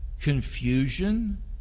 confusion